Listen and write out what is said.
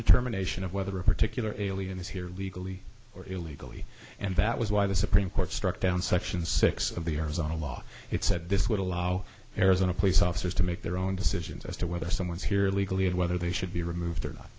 determination of whether a particular alien is here legally or illegally and that was why the supreme court struck down section six of the arizona law it said this would allow arizona police officers to make their own decisions as to whether someone's here legally and whether they should be removed or not